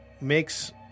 makes